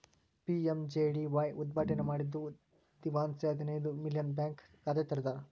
PMJDY ಉದ್ಘಾಟನೆ ಮಾಡಿದ್ದ ದಿವ್ಸಾನೆ ಹದಿನೈದು ಮಿಲಿಯನ್ ಬ್ಯಾಂಕ್ ಖಾತೆ ತೆರದಾರ್